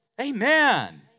Amen